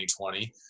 2020